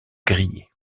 grillée